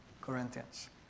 Corinthians